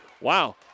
Wow